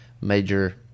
major